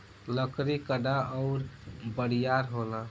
लकड़ी कड़ा अउर बरियार होला